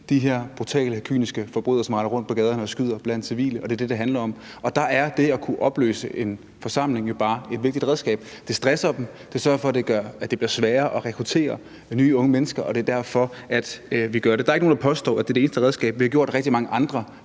de her brutale, kyniske forbrydere, som render rundt på gaderne og skyder blandt civile, og det er det, det handler om, og der er det at kunne opløse en forsamling jo bare et vigtigt redskab. Det stresser dem. Det sørger for, at det bliver sværere at rekruttere nye unge mennesker, og det er derfor, vi gør det. Der er ikke nogen, der påstår, at det er det eneste redskab. Vi har gjort rigtig mange andre